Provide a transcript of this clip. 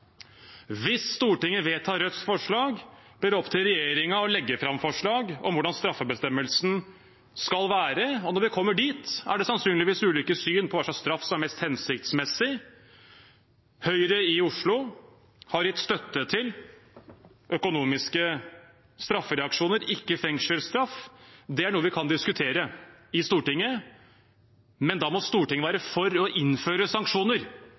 Hvis Stortinget vedtar Rødts forslag, blir det opp til regjeringen å legge fram forslag om hvordan straffebestemmelsen skal være. Når vi kommer dit, er det sannsynligvis ulike syn på hva slags straff som er mest hensiktsmessig. Høyre i Oslo har gitt støtte til økonomiske straffereaksjoner, ikke fengselsstraff. Det er noe vi kan diskutere i Stortinget, men da må Stortinget være for å innføre sanksjoner